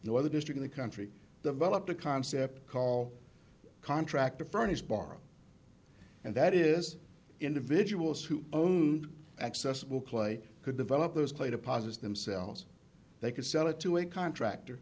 other district the country developed a concept call contract to furnish borrow and that is individuals who own accessible clay could develop those clay deposits themselves they could sell it to a contractor